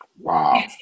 wow